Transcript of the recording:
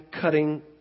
cutting